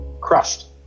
crushed